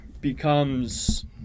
becomes